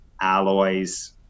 alloys